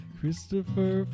Christopher